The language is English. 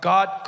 God